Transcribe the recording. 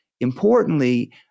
Importantly